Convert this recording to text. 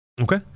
Okay